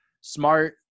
Smart